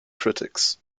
critics